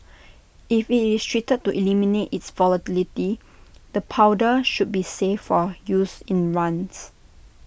if IT is treated to eliminate its volatility the powder should be safe for use in runs